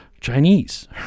Chinese